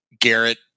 Garrett